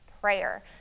prayer